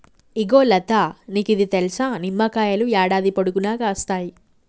ఇగో లతా నీకిది తెలుసా, నిమ్మకాయలు యాడాది పొడుగునా కాస్తాయి